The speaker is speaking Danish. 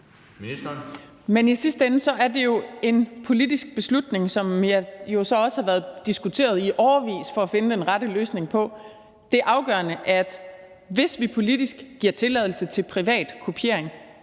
Men i sidste ende er det jo en politisk beslutning, som så også har været diskuteret i årevis for at finde den rette løsning på det. Det er afgørende, at hvis vi politisk giver tilladelse til privatkopiering